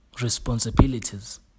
responsibilities